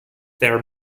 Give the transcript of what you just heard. their